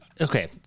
Okay